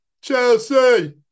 Chelsea